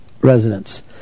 residents